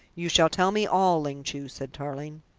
you shall tell me all, ling chu, said tarling.